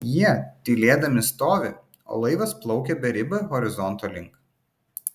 jie tylėdami stovi o laivas plaukia beribio horizonto link